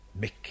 Mick